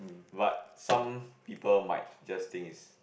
but some people might just think is